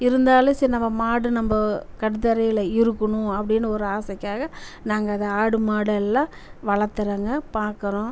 இருந்தாலும் சரி நம்ம மாடு நம்ம கட்டுத்தரையில் இருக்கணும் அப்படினு ஒரு ஆசைக்காக நாங்கள் அதை ஆடு மாடெல்லாம் வளர்த்துறோங்க பார்க்குறோம்